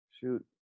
shoot